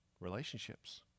Relationships